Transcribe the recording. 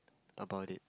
about it